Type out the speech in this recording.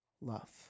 love